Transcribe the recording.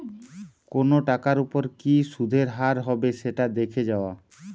কোনো টাকার ওপর কি সুধের হার হবে সেটা দেখে যাওয়া